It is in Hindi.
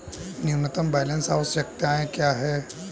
न्यूनतम बैलेंस आवश्यकताएं क्या हैं?